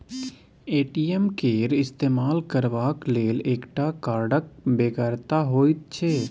ATM केर इस्तेमाल करबाक लेल एकटा कार्डक बेगरता होइत छै